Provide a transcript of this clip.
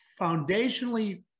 foundationally